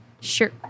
Sure